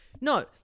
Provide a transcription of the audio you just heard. No